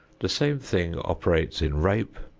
the same thing operates in rape,